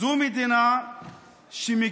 זו מדינה שמקדמת